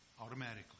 Automatically